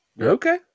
Okay